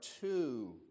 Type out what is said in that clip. two